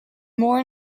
more